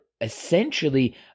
essentially